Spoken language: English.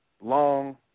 long